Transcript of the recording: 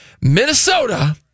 Minnesota